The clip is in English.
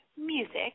music